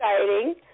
exciting